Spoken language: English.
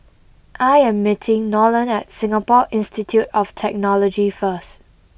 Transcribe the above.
I am meeting Nolen at Singapore Institute of Technology first